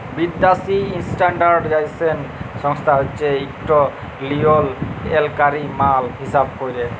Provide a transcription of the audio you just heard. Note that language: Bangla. বিদ্যাসি ইস্ট্যাল্ডার্ডাইজেশল সংস্থা হছে ইকট লিয়লত্রলকারি মাল হিঁসাব ক্যরে